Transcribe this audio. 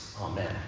Amen